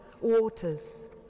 waters